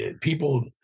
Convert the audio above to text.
people